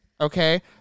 okay